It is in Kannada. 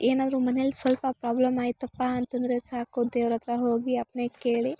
ಏನಾದ್ರು ಮನೆಯಲ್ ಸ್ವಲ್ಪ ಪ್ರಾಬ್ಲೆಮ್ ಆಯ್ತಪ್ಪ ಅಂತಂದರೆ ಸಾಕು ದೇವ್ರಹತ್ರ ಹೋಗಿ ಅಪ್ಪಣೆ ಕೇಳಿ